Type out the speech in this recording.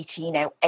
1808